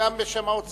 וגם בשם האוצר.